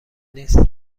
نیست